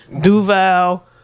Duval